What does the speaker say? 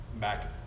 back